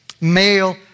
Male